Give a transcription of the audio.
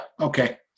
Okay